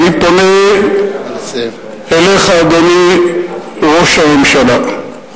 אני פונה אליך, אדוני ראש הממשלה.